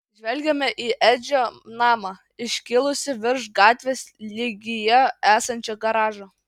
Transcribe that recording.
žvelgėme į edžio namą iškilusį virš gatvės lygyje esančio garažo